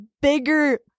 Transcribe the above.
bigger